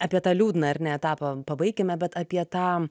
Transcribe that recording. apie tą liūdną ar ne etapą pabaikime bet apie tą